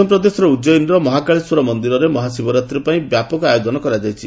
ମଧ୍ୟପ୍ରଦେଶର ଉଜୟିନୀର ମହାକାଳେଶ୍ୱର ମନ୍ଦିରରେ ମହାଶିବରାତ୍ରୀ ପାଇଁ ବ୍ୟାପକ ଆୟୋଜନ କରାଯାଇଛି